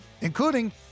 including